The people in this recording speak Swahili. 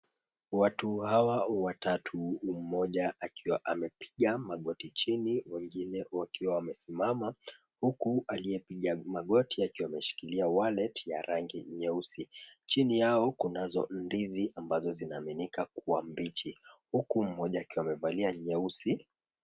Watu hawa watatu, mmoja akiwa amepiga magoti chini, wengine wakiwa wamesimama, huku aliyekua amepiga magoti akishikilia wallet ya rangi nyeusi. Chini yao kuna ndizi ambazo zinaaminika kuwa mbichi, huku mmoja akiwa amevalia nyeusi.